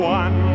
one